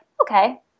okay